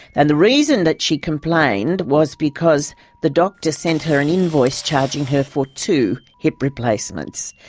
and the reason that she complained was because the doctor sent her an invoice charging her for two hip replacements.